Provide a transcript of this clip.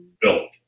built